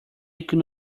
could